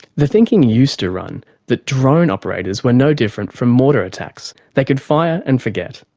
the thinking used to run that drone operators were no different from mortar attacks. they could fire and forget.